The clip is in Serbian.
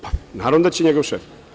Pa, naravno da će njegov šef.